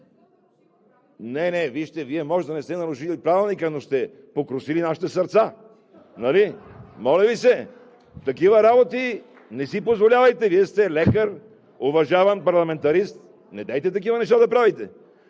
Не, не, вижте – Вие може да не сте нарушили Правилника, но сте покрусили нашите сърца. (Оживление.) Моля Ви се, такива работи не си позволявайте. Вие сте лекар, уважаван парламентарист. Недейте да правите